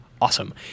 awesome